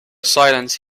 silence